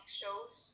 shows